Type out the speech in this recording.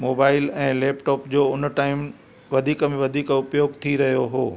mobile ऐं laptop जो उन टाईम वधीक में वधीक उपयोगु थी रहियो हो